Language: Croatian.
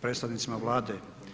predstavnicima Vlade.